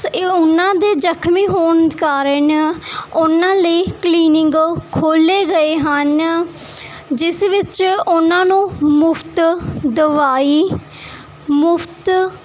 ਇਹ ਉਹਨਾਂ ਦੇ ਜ਼ਖਮੀ ਹੋਣ ਕਾਰਨ ਉਹਨਾਂ ਲਈ ਕਲੀਨਿੰਕ ਖੋਲ੍ਹੇ ਗਏ ਹਨ ਜਿਸ ਵਿੱਚ ਉਹਨਾਂ ਨੂੰ ਮੁਫਤ ਦਵਾਈ ਮੁਫਤ